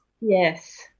Yes